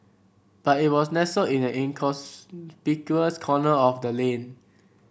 but it was nestled in an inconspicuous corner of the lane